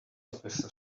officer